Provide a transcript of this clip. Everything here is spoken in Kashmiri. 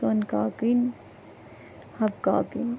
سۄنہٕ کاکٕنۍ حبہٕ کاکٕنۍ